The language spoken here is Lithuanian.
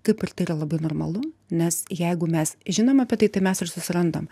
taip ir tai yra labai normalu nes jeigu mes žinom apie tai tai mes ir susirandam